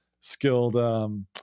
skilled